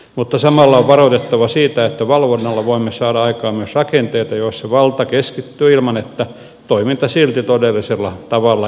mutta samalla on varoitettava siitä että valvonnalla voimme saada aikaan myös rakenteita joissa valta keskittyy ilman että toiminta silti todellisella tavalla järkevöityy